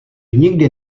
nikdy